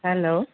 hello